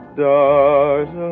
Stars